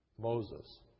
Moses